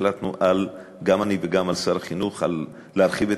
החלטנו גם אני וגם שר החינוך להרחיב את